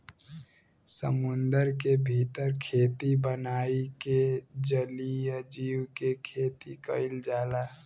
समुंदर के भीतर खेती बनाई के जलीय जीव के खेती कईल जाला